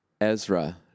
Ezra